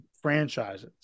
franchises